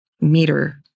Meter